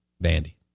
Bandy